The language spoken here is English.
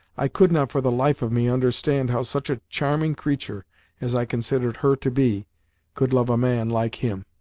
i could not for the life of me understand how such a charming creature as i considered her to be could love a man like him.